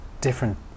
different